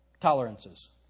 tolerances